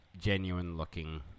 genuine-looking